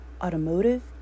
automotive